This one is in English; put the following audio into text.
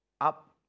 up